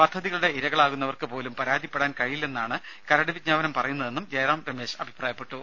പദ്ധതികളുടെ ഇരകളാകുന്നവർക്ക് പോലും പരാതിപ്പെടാൻ കഴിയില്ലെന്നാണ് കരട് വിജ്ഞാപനം പറയുന്നതെന്നും ജയറാം രമേശ് അഭിപ്രായപ്പെട്ടു